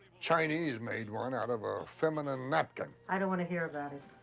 chinese made one out of a feminine napkin. i don't wanna hear about it.